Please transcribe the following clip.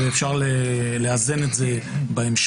ואפשר לאזן את זה בהמשך,